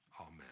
amen